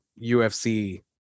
ufc